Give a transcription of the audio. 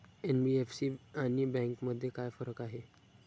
NBFC आणि बँकांमध्ये काय फरक आहे?